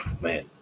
Man